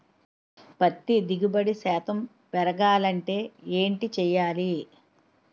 పత్తి దిగుబడి శాతం పెరగాలంటే ఏంటి చేయాలి?